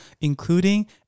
Including